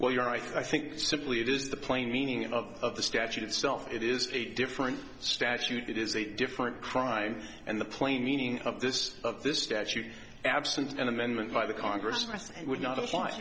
well you are i think simply it is the plain meaning of the statute itself it is a different statute it is a different crime and the plain meaning of this of this statute absent an amendment by the congress would not apply